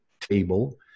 table